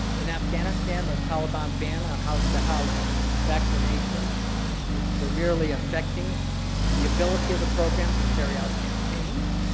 in afghanistan, the taliban ban on house to house vaccination is severely affecting the ability of the program to carry out campaigns.